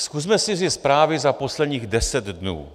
Zkusme si vzít zprávy za posledních deset dnů.